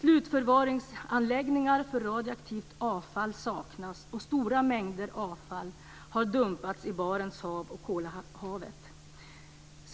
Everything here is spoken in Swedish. Slutförvaringsanläggningar för radioaktivt avfall saknas, och stora mängder avfall har dumpats i Barents hav och Kolahavet.